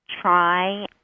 try